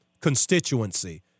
constituency